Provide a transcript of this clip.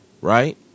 right